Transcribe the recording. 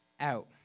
out